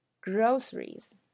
groceries